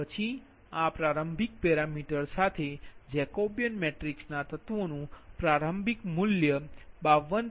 પછી આ પ્રારંભિક પેરામીટર સાથે જેકોબીયન મેટ્રિક્સના તત્વોનું પ્રારંભિક મૂલ્યવ52